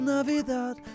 Navidad